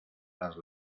las